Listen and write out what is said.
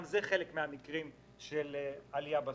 גם זה חלק מהמקרים של עלייה בסוציו.